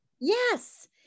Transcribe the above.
yes